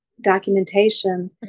documentation